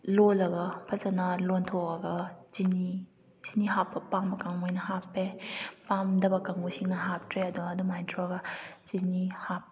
ꯂꯣꯜꯂꯒ ꯐꯖꯅ ꯂꯣꯟꯊꯣꯛꯑꯒ ꯆꯤꯅꯤ ꯆꯤꯅꯤ ꯍꯥꯞꯄ ꯄꯥꯝꯕ ꯀꯥꯡꯕꯨꯉꯩꯅ ꯍꯥꯞꯄꯦ ꯄꯥꯝꯗꯕ ꯀꯥꯡꯕꯨꯁꯤꯡꯅ ꯍꯥꯞꯇ꯭ꯔꯦ ꯑꯗꯨ ꯑꯗꯨꯃꯥꯏ ꯇꯧꯔꯒ ꯆꯤꯅꯤ ꯍꯥꯞ